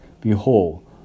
behold